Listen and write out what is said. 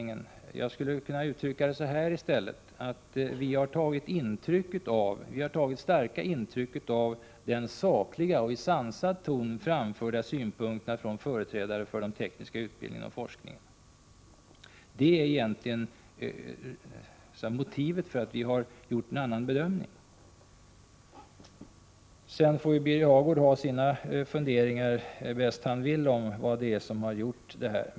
Men jag skulle kunna uttrycka det som så att vi har tagit starka intryck av de sakliga och i sansad ton framförda synpunkterna från företrädare för den tekniska utbildningen och forskningen. Det är det egentliga motivet för att vi har gjort en annan bedömning är regeringen. Birger Hagård får ha vilka funderingar han vill om vad det är som ligger till grund för vårt ställningstagande.